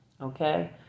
Okay